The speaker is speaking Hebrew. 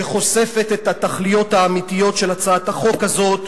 וחושפת את התכליות האמיתיות של הצעת החוק הזאת.